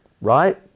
right